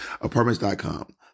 Apartments.com